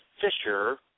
Fisher